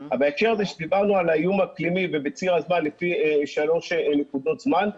בהקשר הזה שדיברנו על האיום האקלימי ובציר הזמן לפי שלוש נקודות זמן,